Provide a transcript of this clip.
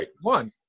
one